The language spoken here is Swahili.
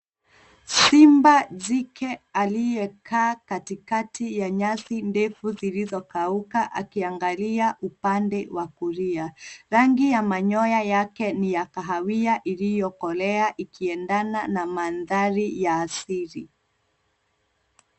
Simba jike aliyekaa katikati ya nyasi ndefu zilizokauka akiangalia upande wa kulia. Rangi ya manyoya yake ni ya kahawia iliyokolea ikiendana na mandhari ya asili.